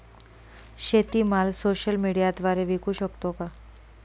शेतीमाल सोशल मीडियाद्वारे विकू शकतो का?